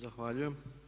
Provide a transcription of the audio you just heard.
Zahvaljujem.